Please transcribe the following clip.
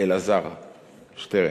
אלעזר שטרן.